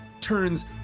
turns